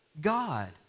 God